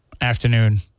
afternoon